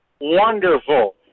wonderful